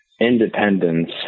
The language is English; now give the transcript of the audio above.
independence